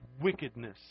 wickedness